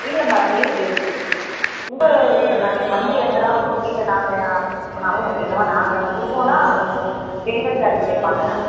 இல்லை மேடம் இருக்குது இருக்குது உங்கள் விருப்பம் தான் நீங்கள் வந்து எடுத்தராலும் ஓகே இல்லை நாங்கள் அனுப்புனாலும் ஓகே இந்த மாதிரி நாங்கள் கொடுத்தோன்னா டெலிவரி சார்ஜு கேட்பாங்க